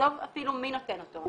עזוב אפילו מי נותן אותו,